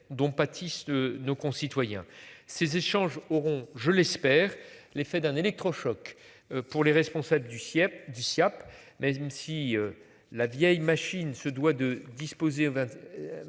dont pâtissent de nos concitoyens. Ces échanges auront je l'espère, l'effet d'un électrochoc pour les responsables du siège du Siaap même si la vieille machine se doit de disposer.